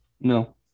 No